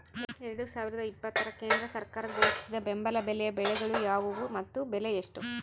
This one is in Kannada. ಎರಡು ಸಾವಿರದ ಇಪ್ಪತ್ತರ ಕೇಂದ್ರ ಸರ್ಕಾರ ಘೋಷಿಸಿದ ಬೆಂಬಲ ಬೆಲೆಯ ಬೆಳೆಗಳು ಯಾವುವು ಮತ್ತು ಬೆಲೆ ಎಷ್ಟು?